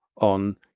on